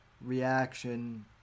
reaction